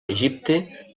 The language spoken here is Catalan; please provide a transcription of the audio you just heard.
egipte